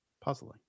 puzzling